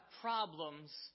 problems